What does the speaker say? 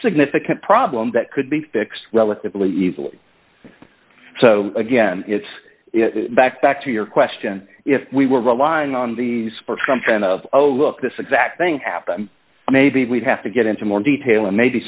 significant problem that could be fixed relatively easily so again it's back back to your question if we were relying on these for some kind of a look this exact thing happened maybe we'd have to get into more detail and maybe